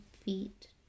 feet